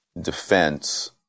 defense